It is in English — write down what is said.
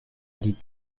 did